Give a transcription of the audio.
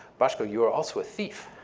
bashko, you are also a thief.